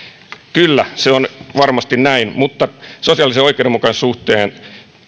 kyllä se on varmasti näin mutta sosiaalisen oikeudenmukaisuuden suhteen